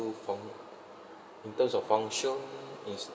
in terms of function is